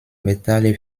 metalle